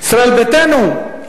ישראל ביתנו.